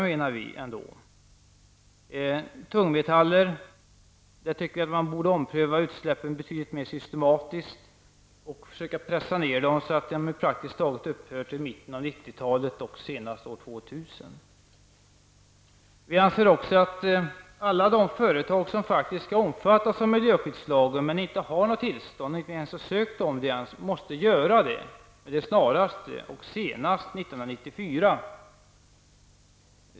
Beträffande tungmetaller bör man, tycker jag, ompröva utsläppen betydligt mer systematiskt. Man bör försöka pressa ned dem så att de praktiskt taget upphör till mitten av 90-talet och senast år 2000. Vi anser att alla företag som omfattas av miljöskyddslagen och inte har något tillstånd eller inte ens sökt något måste göra det snarast och senast 1994.